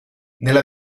nella